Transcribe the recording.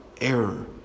error